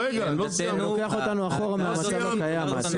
זה לוקח אותנו אחורה מהמצב הנוכחי.